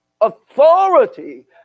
Authority